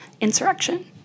insurrection